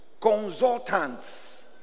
consultants